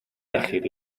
iechyd